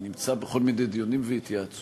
אני נמצא בכל מיני דיונים והתייעצויות,